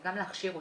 גם להכשיר אותם.